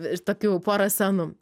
ir tokių pora scenų